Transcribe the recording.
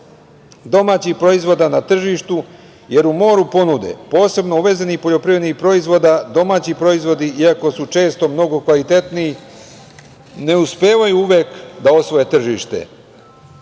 domaćih proizvoda na tržištu, jer u moru ponude, posebno uvezenih poljoprivrednih proizvoda, domaći proizvodi, iako su često mnogo kvalitetniji, ne uspevaju uvek da osvoje tržište.